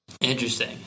Interesting